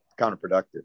counterproductive